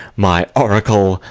my oracle,